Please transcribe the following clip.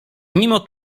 mimo